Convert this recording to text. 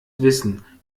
wissen